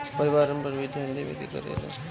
परिवारन पर भी ध्यान देवे के परेला का?